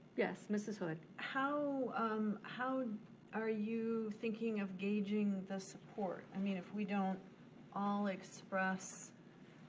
yes, mrs. hood. how um how are you thinking of gauging the support? i mean if we don't all express